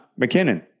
McKinnon